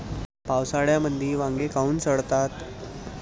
पावसाळ्यामंदी वांगे काऊन सडतात?